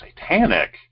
satanic